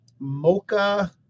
Mocha